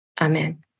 Amen